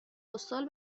پستال